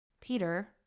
Peter